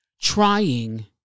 Trying